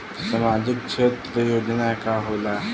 सामाजिक क्षेत्र योजना का होला?